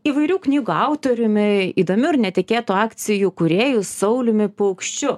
įvairių knygų autoriumi įdomių ir netikėtų akcijų kūrėju sauliumi paukščiu